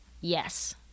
Yes